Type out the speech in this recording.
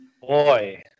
Boy